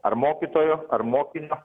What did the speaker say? ar mokytojo ar mokinio